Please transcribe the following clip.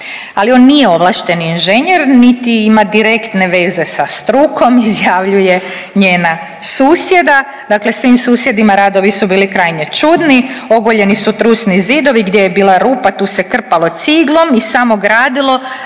Ali on nije ovlašteni inženjer niti ima direktne veze sa strukom izjavljuje njena susjeda. Dakle, svim susjedima radovi su bili krajnje čudni. Ogoljeni su trusni zidovi, gdje je bila rupa tu se krpalo ciglom i samo gradilo